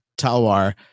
Talwar